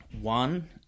one